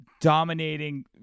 dominating